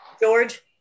George